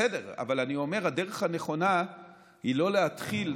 בסדר, אבל אני אומר, הדרך הנכונה היא לא להתחיל.